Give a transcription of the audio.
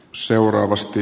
n seuraavasti